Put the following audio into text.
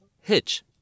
Hitch